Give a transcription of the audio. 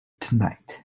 tonight